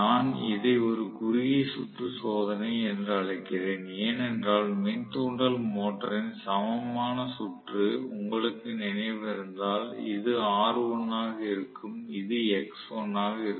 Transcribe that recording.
நான் இதை ஒரு குறுகிய சுற்று சோதனை என்று அழைக்கிறேன் ஏனென்றால் மின் தூண்டல் மோட்டரின் சமமான சுற்று உங்களுக்கு நினைவிருந்தால் இது R1 ஆக இருக்கும் இது X1 ஆக இருக்கும்